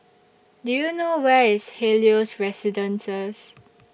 Do YOU know Where IS Helios Residences